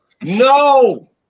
No